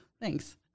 Thanks